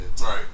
Right